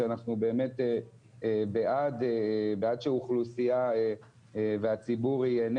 שאנחנו באמת בעד שאוכלוסיה והציבור ייהנה